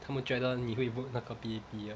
他们觉得你会 vote 那个 P_A_P 的